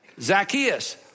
Zacchaeus